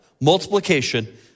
Multiplication